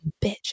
bitch